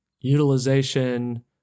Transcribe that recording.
utilization